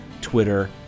Twitter